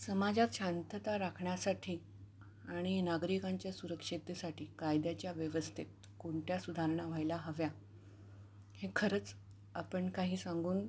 समाजात शांतता राखण्यासाठी आणि नागरिकांच्या सुरक्षिततेसाठी कायद्याच्या व्यवस्थेत कोणत्या सुधारणा व्हायला हव्या हे खरंच आपण काही सांगून